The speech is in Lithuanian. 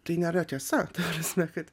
tai nėra tiesa ta prasme kad